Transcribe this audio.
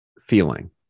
feeling